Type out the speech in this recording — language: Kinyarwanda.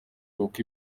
kuko